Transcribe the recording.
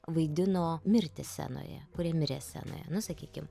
vaidino mirtį scenoje kurie mirė scenoje nu sakykim